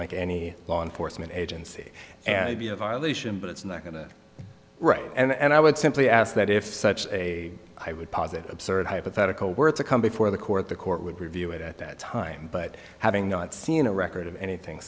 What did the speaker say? like any law enforcement agency and be a violation but it's not going to right and i would simply ask that if such a i would posit absurd hypothetical were to come before the court the court would review it at that time but having not seen a record of anything